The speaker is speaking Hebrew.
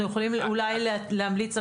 אנחנו יכולים אולי להמליץ על קריטריונים.